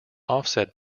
offset